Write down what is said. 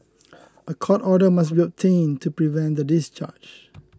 a court order must be obtained to prevent the discharge